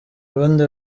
rundi